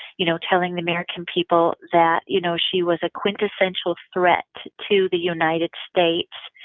you know telling the american people that you know she was a quintessential threat to the united states.